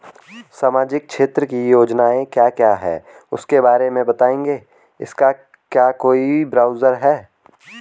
सामाजिक क्षेत्र की योजनाएँ क्या क्या हैं उसके बारे में बताएँगे इसका क्या कोई ब्राउज़र है?